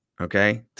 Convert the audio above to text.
okay